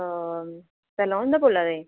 अ salon दा बोल्ला दे